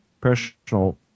personal